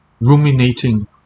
ruminating